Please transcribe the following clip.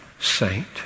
saint